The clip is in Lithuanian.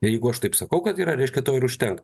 jeigu aš taip sakau kad yra reiškia to ir užtenka